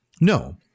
no